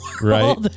right